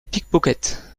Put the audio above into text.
pickpocket